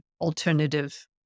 alternative